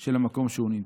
של המקום שהוא נמצא.